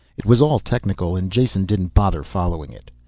it was all technical and jason didn't bother following it.